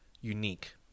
unique